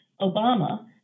Obama